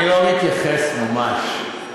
אני לא מתייחס, ממש.